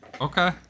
Okay